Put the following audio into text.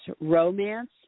romance